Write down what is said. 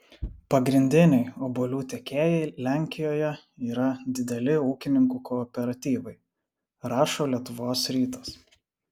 pagrindiniai obuolių tiekėjai lenkijoje yra dideli ūkininkų kooperatyvai rašo lietuvos rytas